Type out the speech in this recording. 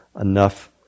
enough